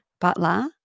Butler